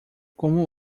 como